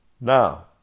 Now